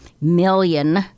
million